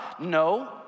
No